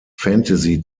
fantasy